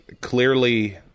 clearly